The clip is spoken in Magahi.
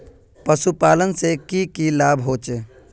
पशुपालन से की की लाभ होचे?